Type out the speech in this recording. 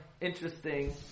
interesting